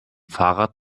fahrrad